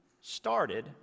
started